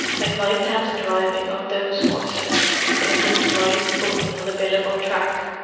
i'd like to have the driving of those horses in a good light buggy on the billabong track!